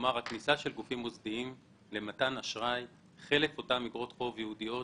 הכניסה של גופים מוסדיים למתן אשראי היא חלף לאותן אגרות חוב ייעודיות